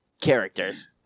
characters